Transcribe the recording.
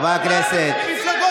בלי תע"ל.